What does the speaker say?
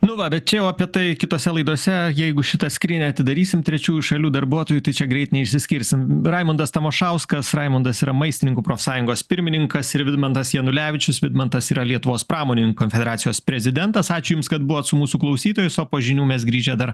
nu vat bet čia jau apie tai kitose laidose jeigu šitą skrynią atidarysim trečiųjų šalių darbuotojų tai čia greit neišsiskirsim raimundas tamošauskas raimundas yra maistininkų profsąjungos pirmininkas ir vidmantas janulevičius vidmantas yra lietuvos pramonininkų konfederacijos prezidentas ačiū jums kad buvot su mūsų klausytojus o po žinių mes grįžę dar